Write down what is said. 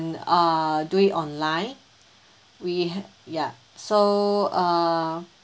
uh do it online we ha~ ya so uh